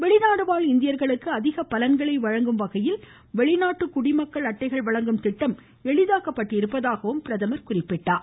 வெளிநாடுவாழ் இந்தியர்களுக்கு அதிக பலன்களை வழங்கும் வகையில் வெளிநாட்டு குடிமக்கள் அட்டைகள் வழங்கும் திட்டம் எளிதாக்கப்பட்டுள்ளதாகவும் பிரதமர் குறிப்பிட்டார்